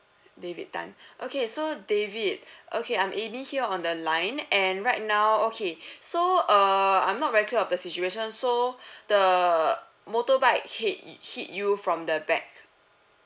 david tan okay so david okay I'm amy here on the line and right now okay so err I'm not very clear of the situation so the motorbike hit hit you from the back